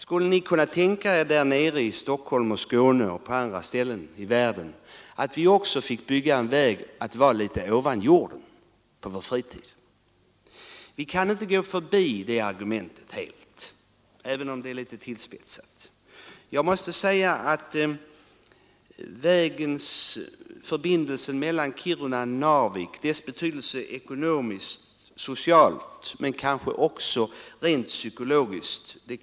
Skulle ni kunna tänka er, där nere i Stockholm och i Skåne och på andra ställen i världen, att vi också fick bygga en väg för att kunna färdas på under vår fritid? Vi kan inte helt gå förbi det argumentet, även om det är litet tillspetsat. Man kan inte bortse från betydelsen av vägförbindelsen Kiruna—Narvik ekonomiskt och socialt — och kanske också psykologiskt.